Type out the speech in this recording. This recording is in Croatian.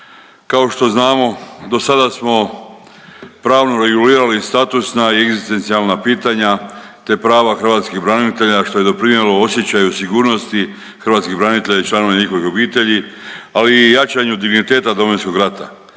Kao što znamo dosada smo pravno regulirali statusna i egzistencijalna pitanja, te prava hrvatskih branitelja, što je doprinjelo osjećaju sigurnosti hrvatskih branitelja i članova njihovih obitelji, ali i jačanju digniteta Domovinskog rata.